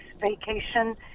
vacation